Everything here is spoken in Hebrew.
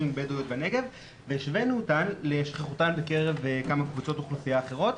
בדואיות בנגב והשווינו אותן לשכיחותן בקרב כמה קבוצות אוכלוסייה אחרות.